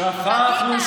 "שכחנו" קדימה,